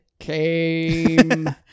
came